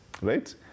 right